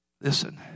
Listen